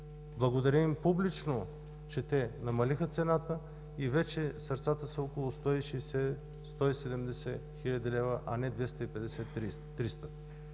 благодаря им публично, че те намалиха цената и вече сърцата са около 160-170 хил. лв., а не 250-300.